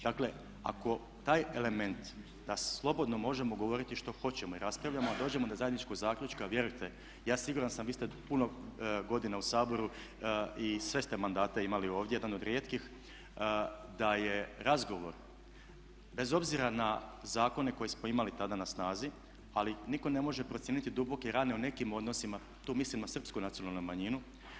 Dakle, kao taj element da slobodno možemo govoriti što hoćemo i raspravljamo a dođemo do zajedničkog zaključka, vjerujte siguran sam vi ste puno godina u Saboru i sve ste mandate imali ovdje, jedan od rijetkih da je razgovor bez obzira na zakone koje smo imali tada na snazi ali niko ne može procijeniti duboke rane u nekim odnosima, tu mislim na Srpsku nacionalnu manjinu.